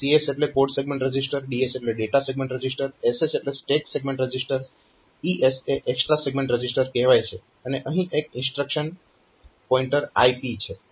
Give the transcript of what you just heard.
અહીં CS એટલે code segment register DS એટલે ડેટા સેગમેન્ટ રજીસ્ટર SS એટલે સ્ટેક સેગમેન્ટ રજીસ્ટર ES એ એક્સ્ટ્રા સેગમેન્ટ રજીસ્ટર કહેવાય છે અને અહીં એક ઇન્સ્ટ્રક્શન પોઇન્ટર IP છે